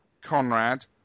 Conrad